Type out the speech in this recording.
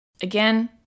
Again